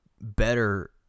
better